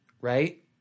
right